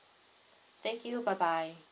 thank you bye bye